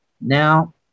Now